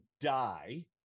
die